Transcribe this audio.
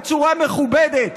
בצורה מכובדת,